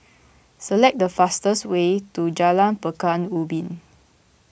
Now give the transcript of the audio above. select the fastest way to Jalan Pekan Ubin